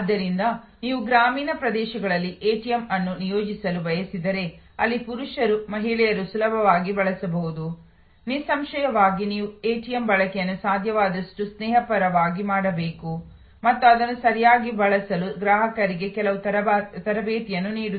ಆದ್ದರಿಂದ ನೀವು ಗ್ರಾಮೀಣ ಪ್ರದೇಶಗಳಲ್ಲಿ ಎಟಿಎಂ ಅನ್ನು ನಿಯೋಜಿಸಲು ಬಯಸಿದರೆ ಅಲ್ಲಿ ಪುರುಷರು ಮಹಿಳೆಯರು ಸುಲಭವಾಗಿ ಬಳಸಬಹುದು ನಿಸ್ಸಂಶಯವಾಗಿ ನೀವು ಎಟಿಎಂ ಬಳಕೆಯನ್ನು ಸಾಧ್ಯವಾದಷ್ಟು ಸ್ನೇಹಪರವಾಗಿ ಮಾಡಬೇಕು ಮತ್ತು ಅದನ್ನು ಸರಿಯಾಗಿ ಬಳಸಲು ಗ್ರಾಹಕರಿಗೆ ಕೆಲವು ತರಬೇತಿಯನ್ನು ನೀಡುತ್ತದೆ